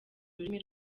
ururimi